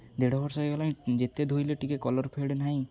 ଦେଢ଼ ବର୍ଷ ହେଇଗଲାଣି ଯେତେ ଧୋଇଲେ ଟିକେ କଲର୍ ଫେଡ଼୍ ନାହିଁ